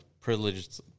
privileged